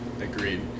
Agreed